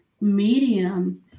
mediums